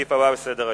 לסעיף הבא בסדר-היום,